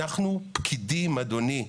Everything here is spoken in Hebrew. אנחנו פקידים, אדוני.